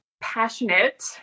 passionate